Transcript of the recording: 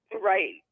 Right